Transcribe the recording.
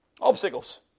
Obstacles